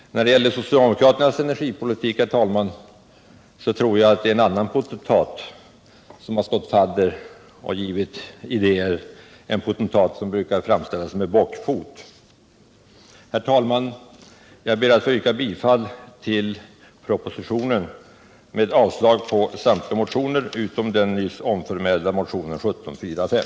När det gäller socialdemokraternas energipolitik, herr talman, så tror jag att det är en annan potentat som har stått fadder och givit idéer, en potentat som brukar framställas med bockfot. Herr talman! Jag ber att få yrka bifall till utskottets hemställan, dvs. avslag på samtliga motioner utom den nyss omnämnda nr 1745.